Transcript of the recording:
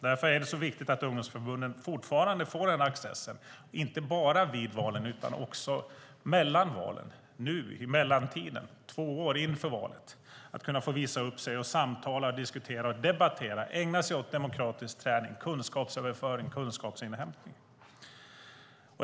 Därför är det viktigt att ungdomsförbunden fortfarande får access inte bara vid valen utan också mellan valen - nu, i mellantiden, två år före valet - för att kunna visa upp sig, samtala, diskutera och debattera. Det handlar om att ägna sig åt demokratisk träning, kunskapsöverföring och kunskapsinhämtning.